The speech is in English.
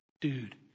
Dude